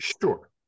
Sure